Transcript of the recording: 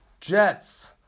Jets